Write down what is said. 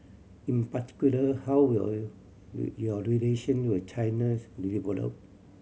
in particular how will your relation with China's